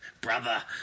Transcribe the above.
Brother